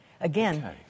again